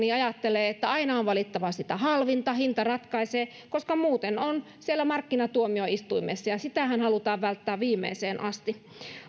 ajattelee että aina on valittava sitä halvinta hinta ratkaisee koska muuten on siellä markkinatuomioistuimessa ja sitähän halutaan välttää viimeiseen asti